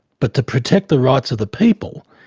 but to protect the rights of the people,